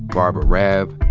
barbara raab,